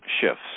shifts